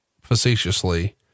facetiously